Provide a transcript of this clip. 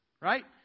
Right